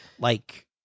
Like-